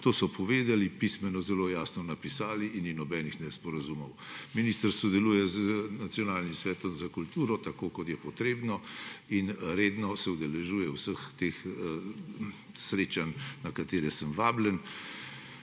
to so povedali, pismeno zelo jasno napisali in ni nobenih nesporazumov. Minister sodeluje z Nacionalnim svetom za kulturo tako, kot je treba, in se redno udeležuje vseh teh srečanj, na katere sem vabljen.